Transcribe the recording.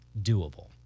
doable